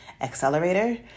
Accelerator